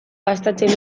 gastatzen